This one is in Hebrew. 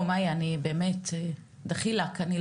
מאיה, את